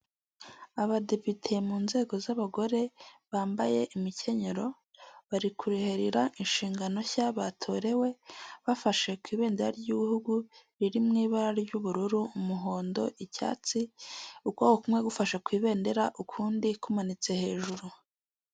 Abadepite mu nzego z'abagore bambaye imikenyero, bari kurahirira inshingano nshya batorewe, bafashe ku ibendera ry'igihugu riri mu ibara ry'ubururu, umuhondo, icyatsi, ukuboko kumwe gufashe ku ibendera ukundi kumanitse hejuru.